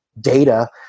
data